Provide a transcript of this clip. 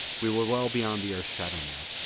we were well beyond the earth's shadow now.